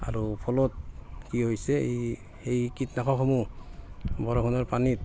আৰু ফলত কি হৈছে এই এই কীটনাশকসমূহ বৰষুণৰ পানীত